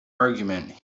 argument